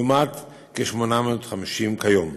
לעומת כ-850 כיום.